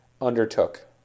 undertook